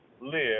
live